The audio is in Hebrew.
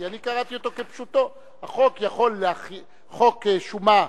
כי אני קראתי אותו כפשוטו, החוק, חוק שומה,